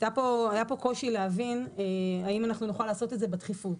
היה פה קושי להבין האם אנחנו נוכל לעשות את זה בדחיפות.